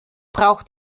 braucht